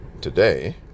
Today